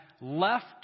left